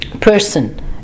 person